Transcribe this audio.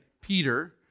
Peter